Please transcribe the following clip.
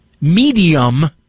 medium